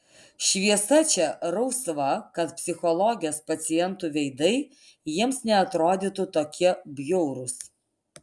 šviesa čia rausva kad psichologės pacientų veidai jiems neatrodytų tokie bjaurūs